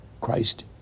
Christ